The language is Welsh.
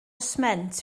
sment